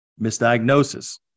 misdiagnosis